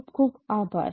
ખુબ ખુબ આભાર